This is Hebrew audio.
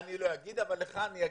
אני לא אומר אבל לך אני אומר,